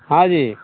हाँ जी